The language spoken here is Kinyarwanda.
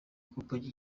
kompanyi